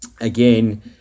Again